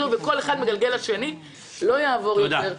זה לא יעבור יותר.